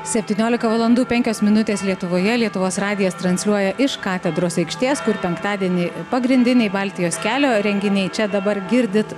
septyniolika valandų penkios minutės lietuvoje lietuvos radijas transliuoja iš katedros aikštės kur penktadienį pagrindiniai baltijos kelio renginiai čia dabar girdit